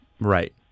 Right